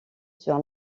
sur